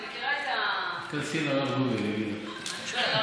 אני מכירה את, תיכנסי לרב גוגל, הוא יגיד